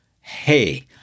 hey